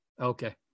Okay